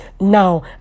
now